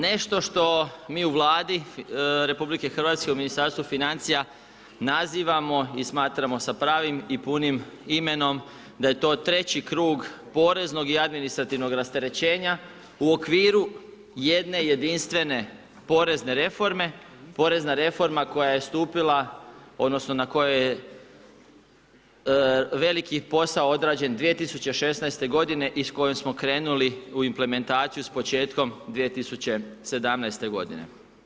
Nešto što mi u Vladi RH u Ministarstvu financija nazivamo i smatramo sa pravim i punim imenom da je to treći kru poreznog i administrativnog rasterećenja u okviru jedne jedinstvene porezne reforme, porezna reforma koja je stupila, odnosno na kojoj je veliki posao odrađen 2016. godine i s kojom smo krenuli u implementaciju s početkom 2017. godine.